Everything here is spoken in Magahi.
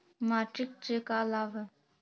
मार्किट से का लाभ है?